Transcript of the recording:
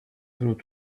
through